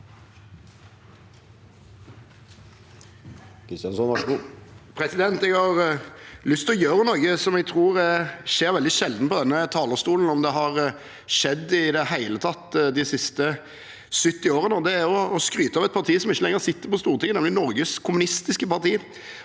Jeg har lyst å gjøre noe jeg tror skjer veldig sjeldent på denne talerstolen, om det har skjedd i det hele tatt de siste 70 årene. Det er å skryte av et parti som ikke lenger sitter på Stortinget, nemlig Norges Kommunistiske Parti.